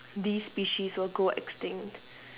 these species will go extinct